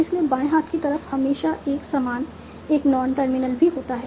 इसलिए बाएं हाथ की तरफ हमेशा एक समान एक नॉन टर्मिनल ही होता है